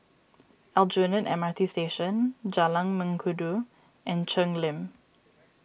Aljunied M R T Station Jalan Mengkudu and Cheng Lim